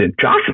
Josh